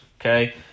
okay